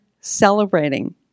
celebrating